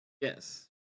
Yes